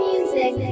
Music